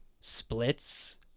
splits